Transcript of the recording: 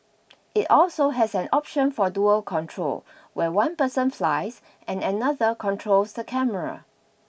it also has an option for dual control where one person flies and another controls the camera